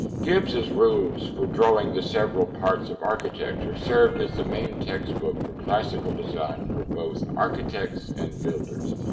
gibbs's rules for drawing the several parts of architecture served as the main textbook for classical design for both architects and builders.